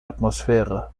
atmosphäre